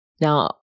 Now